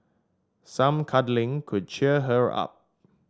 some cuddling could cheer her up